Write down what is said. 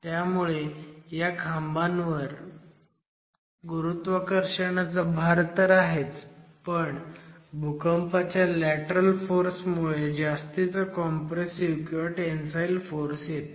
त्यामुळे त्या खांबांवर गुरुत्वाकर्षणाचा भार तर आहेच पण भूकंपाच्या लॅटरल फोर्स मुळे जास्तीचा कॉम्प्रेसिव्ह किंवा टेंसाईल फोर्स येतो